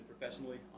professionally